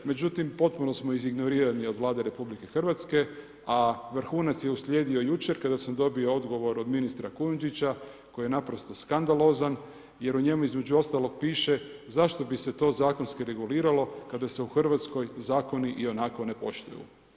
No, međutim, potpuno smo iz ignorirani od Vlade RH, a vrhunac je uslijedio jučer, kada sam dobio odgovor od ministra Kujundžića koji je naprosto skandalozan, jer u njemu, između ostalog piše, zašto bi se to zakonsko reguliralo, kada se u Hrvatskoj zakoni ionako ne poštuju.